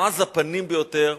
עז הפנים ביותר,